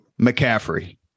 McCaffrey